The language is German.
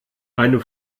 einem